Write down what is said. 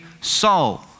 soul